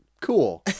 cool